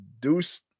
Deuce